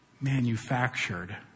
manufactured